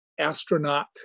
astronaut